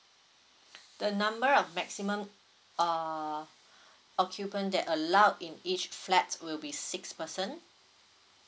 the number of maximum uh occupant that allowed in each flat will be six person